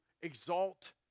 exalt